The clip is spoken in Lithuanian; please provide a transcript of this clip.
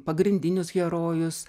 pagrindinius herojus